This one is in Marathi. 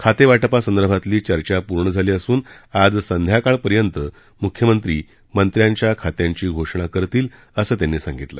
खातेवाटपासंदर्भातली चर्चा पूर्ण झाली असून आज संध्याकाळपर्यंत मुख्यमंत्री मंत्र्यांच्या खात्यांची घोषणा करतील असं त्यांनी सांगितलं